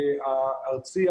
הארצי,